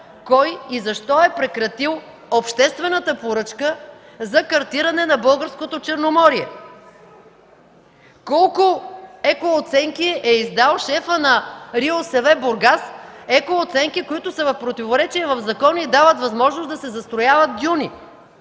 Кой и защо е прекратил обществената поръчка за картиране на българското Черноморие? Колко екооценки е издал шефът на РИОСВ – Бургас, екооценки, които са в противоречие със закона и дават възможност да се застрояват дюни?